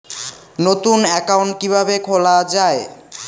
নতুন একাউন্ট কিভাবে খোলা য়ায়?